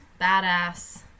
badass